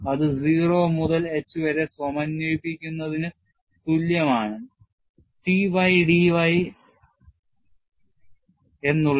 അത് 0 മുതൽ h വരെ സമന്വയിപ്പിക്കുന്നതിന് തുല്യമാണ് Ty d y